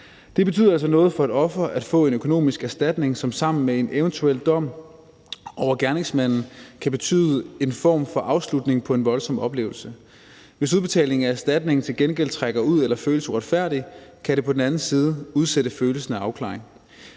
Det betyder altså noget for et offer at få en økonomisk erstatning, som sammen med en eventuel dom over gerningsmanden kan betyde en form for afslutning på en voldsom oplevelse. Hvis udbetalingen af erstatning til gengæld trækker ud eller føles uretfærdig, kan det på den anden side udsætte følelsen af afklaring.